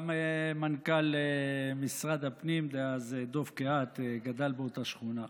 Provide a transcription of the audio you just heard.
גם מנכ"ל משרד הפנים דאז דב קהת גדל באותה שכונה.